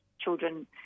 children